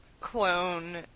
clone